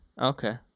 Okay